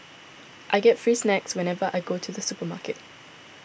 I get free snacks whenever I go to the supermarket